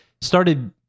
started